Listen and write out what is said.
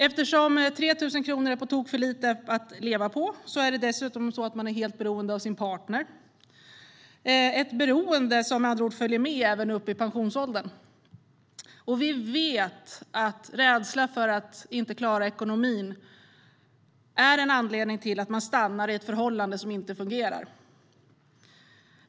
Eftersom 3 000 kronor är på tok för lite att leva på blir man helt beroende av sin partner. Det är ett beroende som med andra ord följer med även upp i pensionsåldern. Vi vet att rädslan för att inte klara ekonomin är en anledning till att man stannar i ett förhållande som inte fungerar.